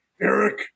Eric